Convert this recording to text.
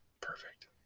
Perfect